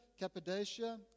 Cappadocia